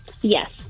Yes